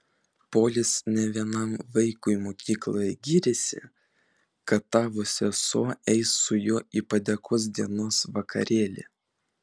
polis ne vienam vaikui mokykloje gyrėsi kad tavo sesuo eis su juo į padėkos dienos vakarėlį